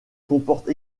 comporte